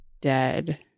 dead